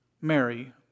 Mary